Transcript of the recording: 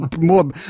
more